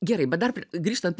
gerai bet dar grįžtant